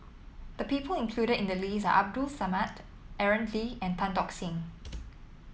the people included in the list are Abdul Samad Aaron Lee and Tan Tock Seng